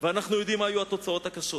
ואנחנו יודעים מה יהיו התוצאות הקשות.